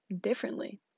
differently